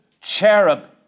cherub